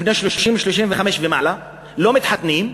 הם בני 30 35 ומעלה, לא מתחתנים,